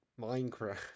Minecraft